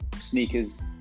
sneakers